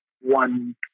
one